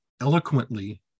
eloquently